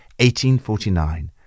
1849